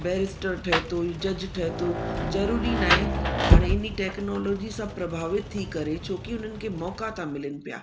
barrister ठहे थो जज ठहे थो ज़रूरी नाहे हाणे इन्ही टेक्नोलॉजी सां प्रभावित थी करे छो कि उन्हनि खे मौक़ा था मिलनि पिया